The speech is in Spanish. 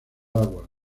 agua